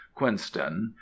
quinston